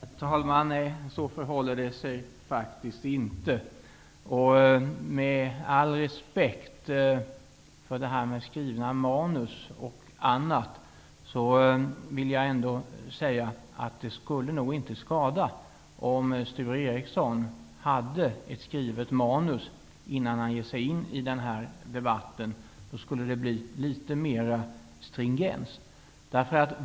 Herr talman! Så förhåller det sig faktiskt inte. Med all respekt för skrivna manus och annat, skulle det nog inte skada om Sture Ericson hade ett skrivet manus innan han ger sig in i debatten. Då skulle det bli litet mer stringens.